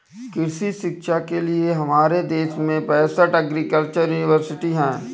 कृषि शिक्षा के लिए हमारे देश में पैसठ एग्रीकल्चर यूनिवर्सिटी हैं